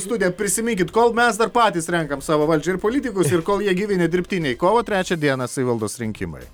studija prisiminkit kol mes dar patys renkam savo valdžią ir politikus ir kol jie gyvi nedirbtiniai kovo trečią dieną savivaldos rinkimai